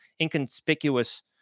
inconspicuous